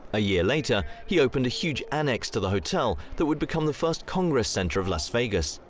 a year later, he opened a huge annex to the hotel that would become the first congress centre of las vegas.